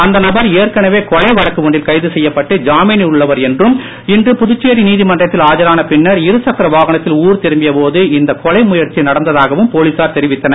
அந்த நபர் ஏற்கனவே கொலை வழக்கு ஒன்றில் கைது செய்யப்பட்டு ஜாமீனில் உள்ளவர் என்றும் இன்று புதுச்சேரி நீதிமன்றத்தில் ஆஜரான பின்னர் இருசக்கர வாகனத்தில் ஊர் திரும்பிய போது இந்த கொலை முயற்சி நடந்ததாகவும் போலீசார் தெரிவித்தனர்